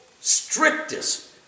strictest